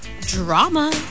Drama